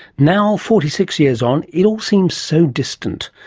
now, forty six years on, it all seems so distant.